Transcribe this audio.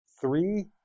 three